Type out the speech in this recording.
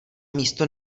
místo